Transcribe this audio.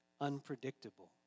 unpredictable